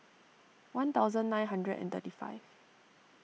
one thousand nine hundred and thirty five